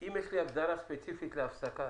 אם יש לי הגדרה ספציפית להפסקה,